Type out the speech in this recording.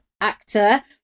actor